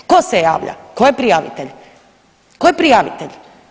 Tko se javlja, tko je prijavitelj, tko je prijavitelj?